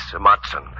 Matson